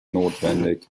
notwendig